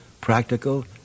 practical